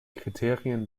kriterien